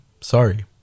sorry